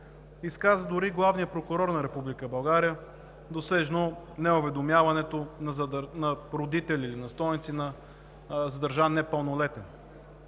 изказа дори и Главният прокурор на Република България досежно неуведомяването на родители или настойници на задържан непълнолетен.